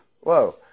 Whoa